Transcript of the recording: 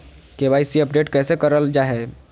KYC update कैसे करल जाहै?